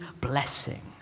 blessing